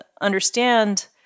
understand